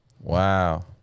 Wow